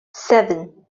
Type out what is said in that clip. seven